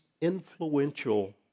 influential